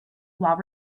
while